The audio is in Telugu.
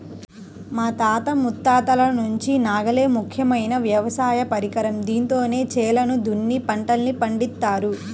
మా తాత ముత్తాతల నుంచి నాగలే ముఖ్యమైన వ్యవసాయ పరికరం, దీంతోనే చేలను దున్ని పంటల్ని పండిత్తారు